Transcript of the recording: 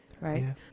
Right